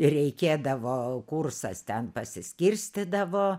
reikėdavo kursas ten pasiskirstydavo